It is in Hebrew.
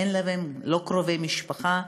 אין להם קרובי משפחה,